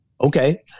okay